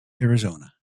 arizona